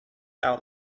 out